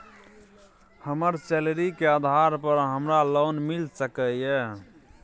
हमर सैलरी के आधार पर हमरा लोन मिल सके ये?